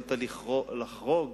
יכולת לחרוג